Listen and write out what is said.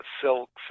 silks